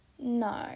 No